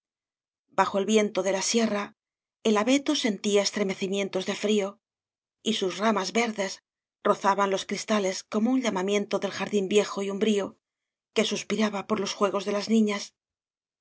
bajo el viento de la sierra el abeto sentía estremecimientos de frío y sus ramas verdes rozaban los crista les como un llamamiento del jardín viejo y umbrío que suspiraba por los juegos de las niñas